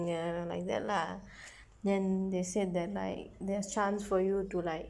ya like that lah then they say that like less chance for you to like